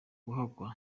guhakwa